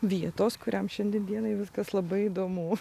vietos kuriam šiandien dienai viskas labai įdomu